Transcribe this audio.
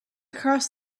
cross